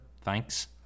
Thanks